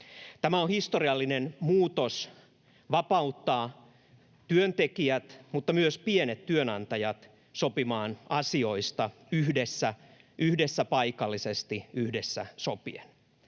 Tämä on historiallinen muutos vapauttaa työntekijät mutta myös pienet työnantajat sopimaan asioista yhdessä — yhdessä paikallisesti, yhdessä sopien.